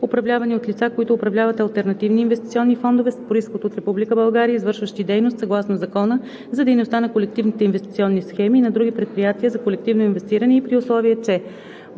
управлявани от лица, които управляват алтернативни инвестиционни фондове, с произход от Република България, извършващи дейност съгласно Закона за дейността на колективните инвестиционни схеми и на други предприятия за колективно инвестиране, и при условие, че: